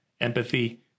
empathy